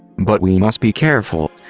but we must be careful.